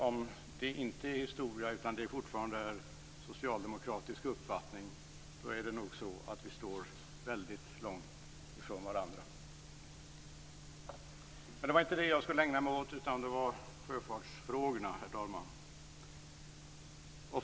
Om det inte är historia utan det fortfarande är en socialdemokratisk uppfattning står vi nog väldigt långt ifrån varandra. Men det var inte det jag skulle ägna mig åt, utan det var sjöfartsfrågorna, herr talman.